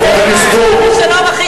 יש פרטנר, אתה לא מוכן, האם הוא מוכן לבוא.